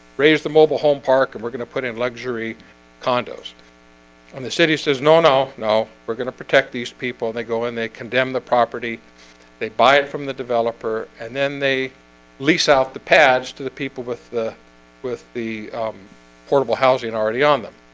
raise the mobile home park and we're gonna put in luxury condos on the city says no no no we're gonna protect these people they go and they condemn the property they buy it from the developer and then they lease out the pads to the people with the with the portable housing and already on them.